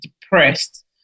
depressed